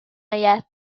آید